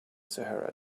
sahara